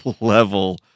level